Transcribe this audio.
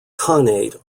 khanate